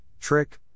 trick